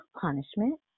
punishment